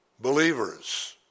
believers